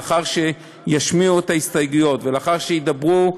לאחר שישמיעו את ההסתייגויות ולאחר שידברו,